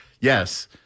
Yes